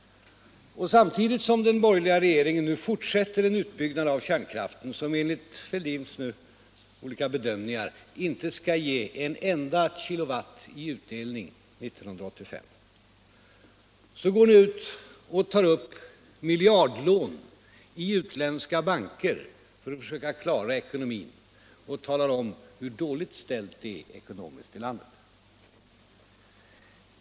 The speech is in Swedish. Samtidigt som den borgerliga regeringen fortsätter utbyggnaden av kärnkraften, som enligt herr Fälldins olika bedömningar inte skall ge en enda kilowatt i utdelning 1985, går ni ut och tar upp miljardlån i utländska banker för att försöka klara ekonomin och talar om hur dåligt ekonomiskt ställt det är i landet.